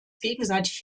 gegenseitig